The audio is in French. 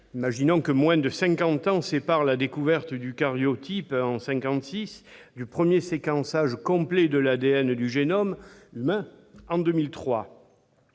Imaginez-vous que moins de cinquante ans séparent la découverte du caryotype humain, en 1956, du premier séquençage complet de l'ADN du génome humain, en 2003